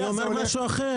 אני אומר משהו אחר.